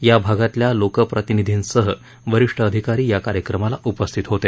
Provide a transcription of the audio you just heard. या भागातल्या लोकप्रतिनिधींसह वरिष्ठ अधिकारी या कार्यक्रमाला उपस्थित होते